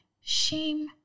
shame